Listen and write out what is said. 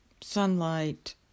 sunlight